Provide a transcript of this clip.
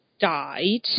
died